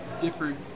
different